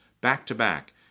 back-to-back